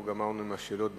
גמרנו עם השאלות בכתב,